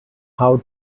how